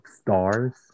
stars